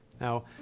Now